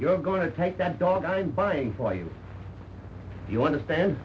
you're going to take that dog i'm buying for you you understand